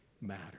matter